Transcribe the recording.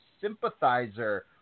sympathizer